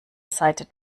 seite